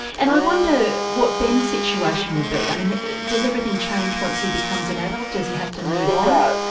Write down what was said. and i wonder what ben's situation will be, um and does everything change once he becomes an adult, does he have to move on?